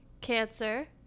Cancer